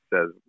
says